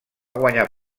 guanyar